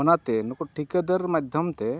ᱚᱱᱟᱛᱮ ᱱᱩᱠᱩ ᱴᱷᱤᱠᱟᱹᱫᱟᱨ ᱢᱟᱫᱽᱫᱷᱚᱢᱛᱮ